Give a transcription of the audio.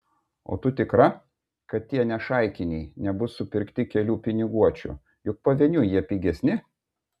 o tu tikra kad tie nešaikiniai nebus supirkti kelių piniguočių juk pavieniui jie pigesni